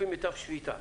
לפי מיטב שפיטה.